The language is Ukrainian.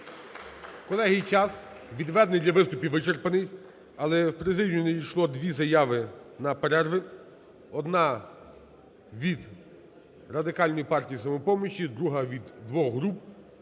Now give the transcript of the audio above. Колеги, час, відведений для виступів, вичерпаний. Але в президію надійшло дві заяви на перерви. Одна від "Радикальної партії" і "Самопомочі", друга від двох груп.